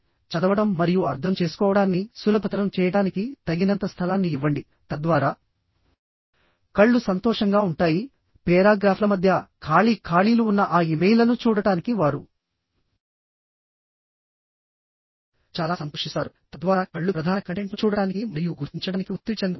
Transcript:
కాబట్టి చదవడం మరియు అర్థం చేసుకోవడాన్ని సులభతరం చేయడానికి తగినంత స్థలాన్ని ఇవ్వండి తద్వారా కళ్ళు సంతోషంగా ఉంటాయి పేరాగ్రాఫ్ల మధ్య ఖాళీ ఖాళీలు ఉన్న ఆ ఇమెయిల్లను చూడటానికి వారు చాలా సంతోషిస్తారు తద్వారా కళ్ళు ప్రధాన కంటెంట్ను చూడటానికి మరియు గుర్తించడానికి ఒత్తిడి చెందవు